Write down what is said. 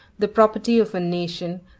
the property of a nation,